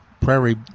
Prairie